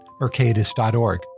mercatus.org